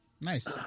nice